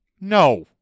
No